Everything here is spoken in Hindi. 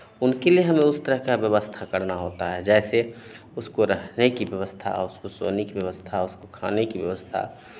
उनके लिए हम उस तरह का व्यवस्था करना होता है जैसे उसको रखने की व्यवस्था उसको सोने की व्यवस्था खाने की व्यवस्था